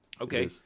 okay